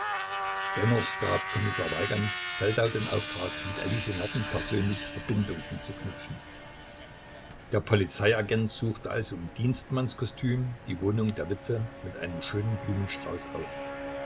dennoch gab kommissar weigand feldau den auftrag mit elise merten persönlich verbindung anzuknüpfen der polizei agent suchte also im dienstmanns kostüm die wohnung der witwe mit einem schönen blumenstrauß auf